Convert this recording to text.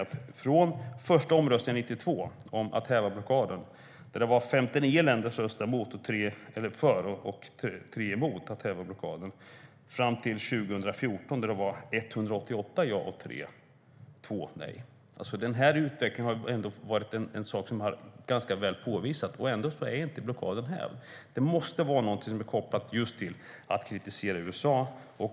Vid den första omröstningen 1992 om att häva blockaden röstade 59 länder för och 3 emot att häva blockaden. År 2014 var det 188 ja och 2 nej. Det påvisar vilken utveckling som skett. Ändå är inte blockaden hävd. Det måste vara någonting som kopplas just till kritik av USA.